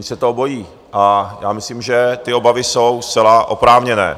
Oni se toho bojí a já myslím, že ty obavy jsou zcela oprávněné.